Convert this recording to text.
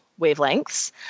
wavelengths